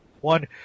one